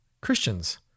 Christians